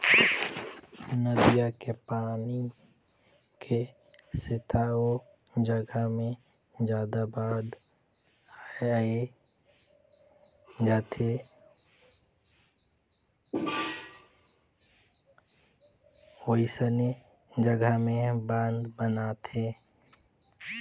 नदिया के पानी के सेथा ओ जघा मे जादा बाद आए जाथे वोइसने जघा में बांध बनाथे